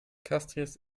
castries